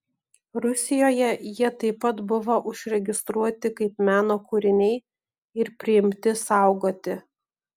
rusijoje jie taip pat buvo užregistruoti kaip meno kūriniai ir priimti saugoti